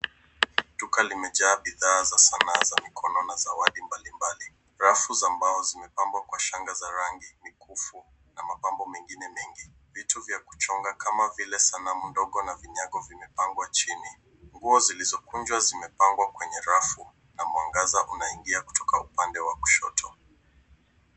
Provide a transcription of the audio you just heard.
Duka limejaa bidhaa za sanaa za mikono na zawadi mbali mbali, rafu za mbao zimepambwa kwa shanga za rangi mikufu na mapambo mengine mengi. Vitu vya kuchonga kama sanamu ndogo na vinyago vimepangwa chini. Nguo zilizo kunjwa zimepangwa kwenye rafu na mwangaza unaingia kutoka upande wa kushoto.